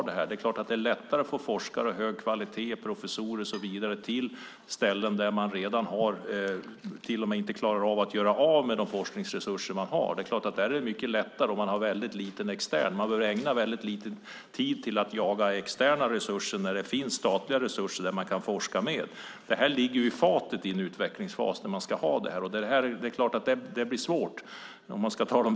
Det är klart att det är lättare att få forskare av hög kvalitet, professorer och så vidare till ställen där man inte ens klarar av att göra av med de forskningsresurser man har. Där är det självklart mycket lättare. Väldigt lite tid behöver ägnas åt att jaga externa resurser när det finns statliga resurser att ha till forskning. I en utvecklingsfas ligger det här en del i fatet. Det är klart att det blir svårt.